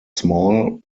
small